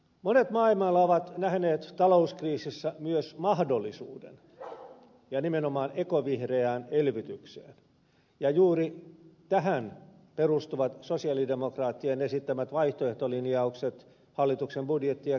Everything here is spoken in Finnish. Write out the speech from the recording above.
monet maailmalla ovat nähneet talouskriisissä myös mahdollisuuden ja nimenomaan ekovihreään elvytykseen ja juuri tähän perustuvat sosialidemokraattien esittämät vaihtoehtolinjaukset hallituksen budjetti ja kehyspolitiikalle